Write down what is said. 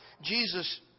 Jesus